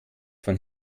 von